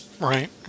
Right